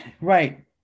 right